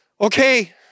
okay